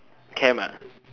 camp